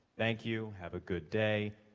thank you, have a good day,